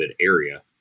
area